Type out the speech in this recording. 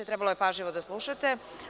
Trebalo je pažljivo da slušate.